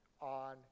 on